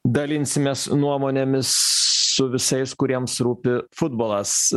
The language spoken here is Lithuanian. dalinsimės nuomonėmis su visais kuriems rūpi futbolas